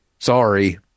Sorry